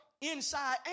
inside